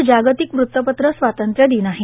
आज जागतिक वृत्तपत्र स्वातंत्र्य दिन आहे